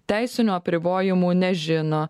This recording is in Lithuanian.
teisinių apribojimų nežino